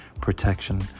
protection